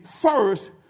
first